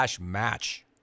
match